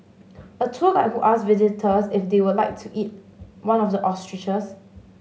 a tour guide who asked visitors if they would like to eat one of the ostriches